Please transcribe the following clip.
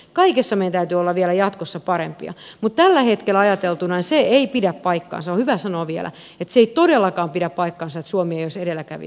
kaikessa meidän täytyy olla jatkossa vielä parempia mutta tällä hetkellä ajateltuna se ei pidä paikkaansa on hyvä sanoa vielä että se ei todellakaan pidä paikkaansa että suomi ei olisi edelläkävijä